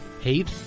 hate